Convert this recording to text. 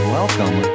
welcome